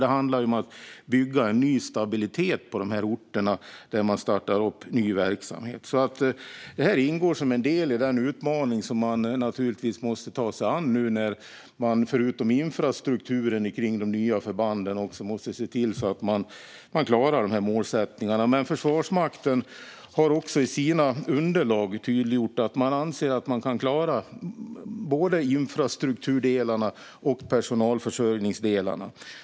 Det handlar om att bygga en stabilitet på de orter där man startar upp ny verksamhet. Detta ingår som en del i den utmaning man måste ta sig an när man utöver att skapa infrastrukturen för de nya förbanden måste se till att klara dessa målsättningar. Försvarsmakten har också i sina underlag tydliggjort att man anser att man kan klara både infrastrukturen och personalförsörjningen.